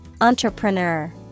Entrepreneur